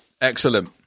excellent